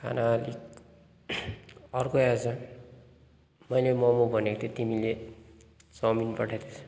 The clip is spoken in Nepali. खाना अलिक अर्कै आएछ मैले मोमो भनेको थिएँ तिमीले चाउमिन पठाइदिएछौ